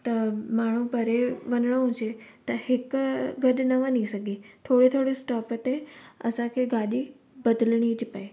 त माण्हू परे वञणो हुजे त हिकु गॾ न वञी सघे थोरे थोरे स्टॉप ते असांखे गाॾी बदिलिणी थी पए